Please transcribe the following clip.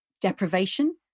deprivation